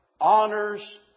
honors